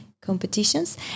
competitions